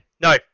No